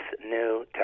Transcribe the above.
new